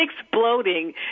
exploding